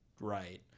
right